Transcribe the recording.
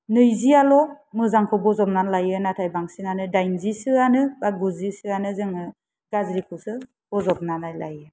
नैजियाल' मोजांखौ बज'बनानै लायो नाथाय बांसिनानो दाइजिसोयानो बा गुजिसोआनो जोङो गाज्रिखौसो बज'बनानै लायो